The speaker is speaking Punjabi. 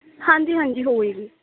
ਹਾਂਜੀ ਹਾਂਜੀ ਹੋਵੇਗੀ